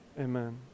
Amen